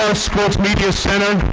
ah sports media center,